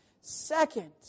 Second